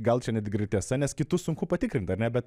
gal čia netgi ir tiesa nes kitus sunku patikrint ar ne bet